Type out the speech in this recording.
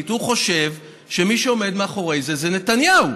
הוא חושב שמי שעומד מאחורי זה זה נתניהו.